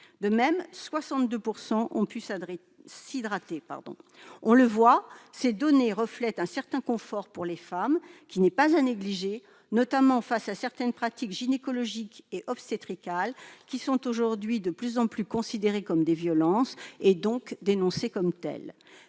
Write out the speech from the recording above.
elles ont pu s'hydrater. On le voit : ces données reflètent un certain confort pour les femmes, ce qui n'est pas à négliger, eu égard notamment à certaines pratiques gynécologiques et obstétricales qui sont aujourd'hui de plus en plus considérées comme des violences, et donc dénoncées comme telles.